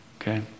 okay